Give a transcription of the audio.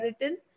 written